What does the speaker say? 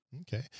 Okay